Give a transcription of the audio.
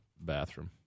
bathroom